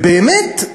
ובאמת,